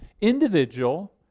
individual